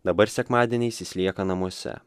dabar sekmadieniais jis lieka namuose